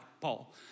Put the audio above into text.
Paul